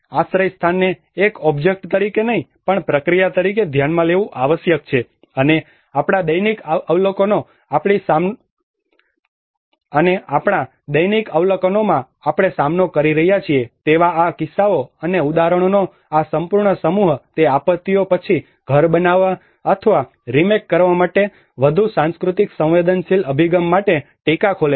આશ્રયસ્થાનને એક ઓબ્જેક્ટ તરીકે નહીં પણ પ્રક્રિયા તરીકે ધ્યાનમાં લેવું આવશ્યક છે અને આપણાં દૈનિક અવલોકનોમાં આપણે સામનો કરી રહ્યા છીએ તેવા આ કિસ્સાઓ અને ઉદાહરણોનો આ સંપૂર્ણ સમૂહ તે આપત્તિઓ પછી ઘર બનાવવા અથવા રિમેક કરવા માટે વધુ સાંસ્કૃતિક સંવેદનશીલ અભિગમ માટે ટીકા ખોલે છે